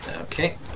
Okay